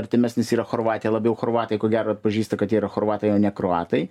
artimesnis yra chorvatija labiau chorvatai ko gero atpažįsta kad jie yra chorvatai o ne kroatai